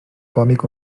còmic